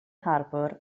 harbwr